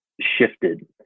shifted